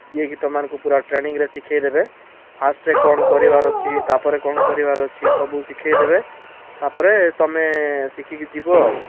ଯେ କି ତମମାନଙ୍କୁ ପୂରା ଟ୍ରେନିଙ୍ଗିରେ ଶିଖାଇ ଦେବେ ଫାର୍ଷ୍ଟ କ'ଣ କରିବାର ଅଛି ତା'ପରେ କ'ଣ କରିବାର ଅଛି ସବୁ ଶିଖାଇ ଦେବେ ତା'ପରେ ତୁମେ ଶିଖିକି ଯିବ ଆଉ